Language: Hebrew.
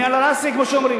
אני, עלא ראסי, כמו שאומרים.